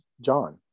John